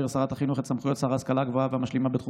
לשרת החינוך סמכויות שר ההשכלה הגבוהה והמשלימה בתחום